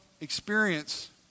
experience